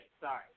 sorry